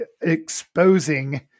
exposing